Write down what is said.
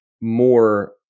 more